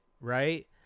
right